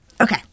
Okay